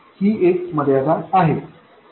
ही एक मर्यादा आहे